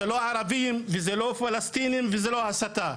זה לא ערבים וזה לא פלסטינים וזאת לא הסתה.